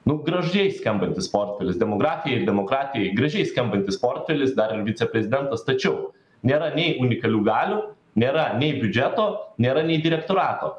nu gražiai skambantis portfelis demografija demokratijai gražiai skambantis portfelis dar ir viceprezidentas tačiau nėra nei unikalių galių nėra nei biudžeto nėra nei direktorato